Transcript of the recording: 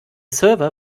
server